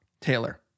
Taylor